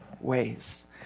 ways